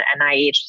NIH